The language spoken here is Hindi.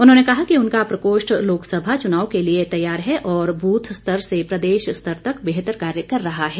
उन्होंने कहा कि उनका प्रकोष्ठ लोकसभा चुनाव के लिए तैयार है और बूथ स्तर से प्रदेश स्तर तक बेहतर कार्य कर रहा है